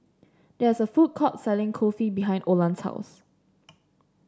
there is a food court selling Kulfi behind Olan's house